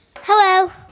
Hello